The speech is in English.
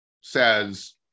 says